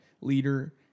leader